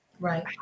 Right